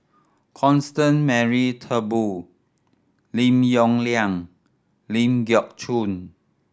Constance Mary Turnbull Lim Yong Liang Ling Geok Choon